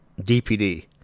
DPD